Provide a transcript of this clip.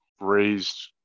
raised